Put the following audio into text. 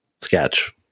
sketch